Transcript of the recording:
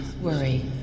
Worry